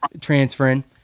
transferring